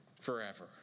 forever